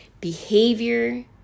Behavior